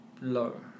low